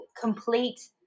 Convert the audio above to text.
complete